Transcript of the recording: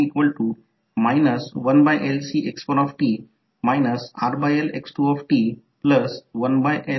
कारण जर डॉट येथे असेल तर प्रत्यक्षात करंट डॉट पासून दूर जात आहे म्हणजे एक येत आहे आणि दुसरा जात आहे तर चिन्ह घ्यावे लागेल त्या स्थितीत ते होईल